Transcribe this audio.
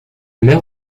mer